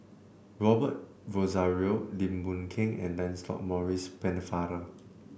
Robert Rozario Lim Boon Keng and Lancelot Maurice Pennefather